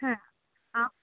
হ্যাঁ